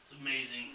amazing